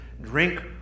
Drink